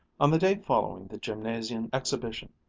on the day following the gymnasium exhibition,